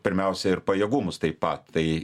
pirmiausia ir pajėgumus taip pat tai